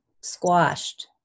squashed